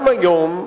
גם היום,